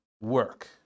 work